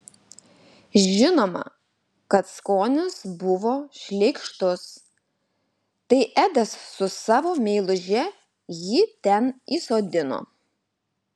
žinoma kad skonis buvo šleikštus tai edas su savo meiluže jį ten įsodino